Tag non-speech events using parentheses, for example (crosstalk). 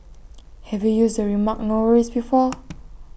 (noise) have you used the remark no worries before (noise)